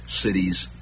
cities